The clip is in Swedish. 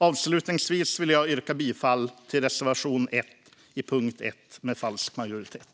Avslutningsvis vill jag yrka bifall till reservation 1 under punkt 1 med falsk majoritet.